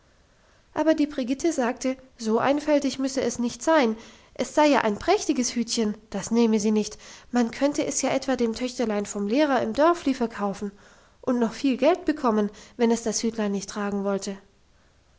aber die brigitte sagte so einfältig müsse es nicht sein es sei ja ein prächtiges hütchen das nehme sie nicht man könnte es ja etwa dem töchterlein vom lehrer im dörfli verkaufen und noch viel geld bekommen wenn es das hütlein nicht tragen wolle